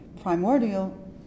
primordial